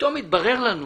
פתאום התברר לנו